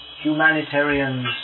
Humanitarians